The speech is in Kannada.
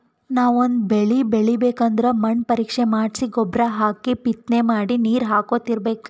ನಾವ್ ಒಂದ್ ಬಳಿ ಬೆಳಿಬೇಕ್ ಅಂದ್ರ ಮಣ್ಣ್ ಪರೀಕ್ಷೆ ಮಾಡ್ಸಿ ಗೊಬ್ಬರ್ ಹಾಕಿ ಬಿತ್ತನೆ ಮಾಡಿ ನೀರ್ ಹಾಕೋತ್ ಇರ್ಬೆಕ್